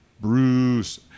Bruce